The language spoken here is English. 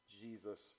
Jesus